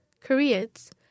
Koreans